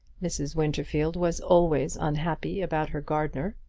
mrs. winterfield was always unhappy about her gardener.